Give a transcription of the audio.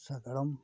ᱥᱟᱜᱟᱲᱚᱢ